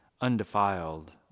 undefiled